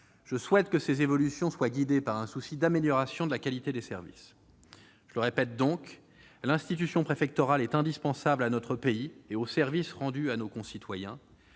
Je souhaite que ces évolutions soient guidées par un souci d'amélioration de la qualité des services. Je répète que l'institution préfectorale est indispensable à notre pays et aux services rendus à nos concitoyens.